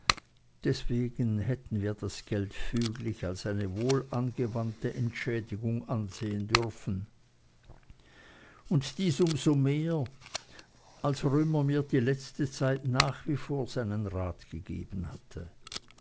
deswegen hätten wir das geld füglich als eine wohlangewandte entschädigung ansehen dürfen und dies um so mehr als römer mir die letzte zeit nach wie vor seinen rat gegeben hatte